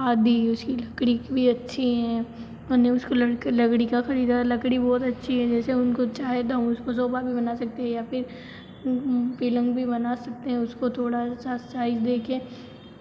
आदि उसकी लकड़ी कितनी अच्छी हैं मैंने उसके ख़रीदा लकड़ी बहुत अच्छी है जैसे उनको चाहे तो हम उसको सोफा भी बना सकते हैं या फ़िर पलंग भी बना सकते हैं उसको थोड़ा सा साइज़ दे कर